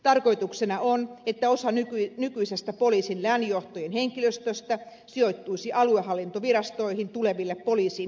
tarkoituksena on että osa nykyisestä poliisin lääninjohtojen henkilöstöstä sijoittuisi aluehallintovirastoihin tuleville poliisin vastuualueille